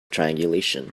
triangulation